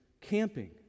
camping